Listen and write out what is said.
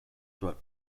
throat